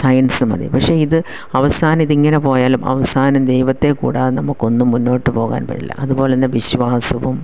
science മതി പക്ഷെ ഇത് അവസാനം ഇതിങ്ങനെ പോയാലും അവസാനം ദൈവത്തെ കൂടാതെ നമുക്കൊന്നും മുന്നോട്ടു പോകാൻ വരില്ല അതുപോലെ തന്നെ വിശ്വാസവും